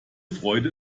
freude